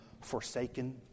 forsaken